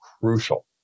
crucial